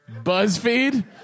Buzzfeed